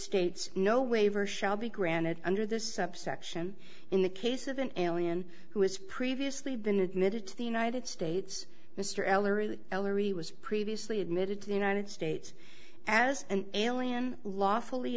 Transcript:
states no waiver shall be granted under this subsection in the case of an alien who has previously been admitted to the united states mr ellery ellerey was previously admitted to the united states as an alien lawfully